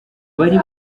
bari